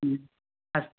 अस्तु